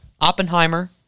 Oppenheimer